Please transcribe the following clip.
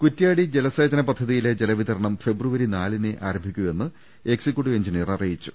കുറ്റ്യാടി ജലസേചന പദ്ധതിയിലെ ജലവിതരണം ഫെബ്രുവരി നാലിനെ ആരംഭിക്കൂവെന്ന് എക്സിക്യൂട്ടീവ് എഞ്ചിനിയർ അറിയി ച്ചു